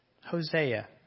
Hosea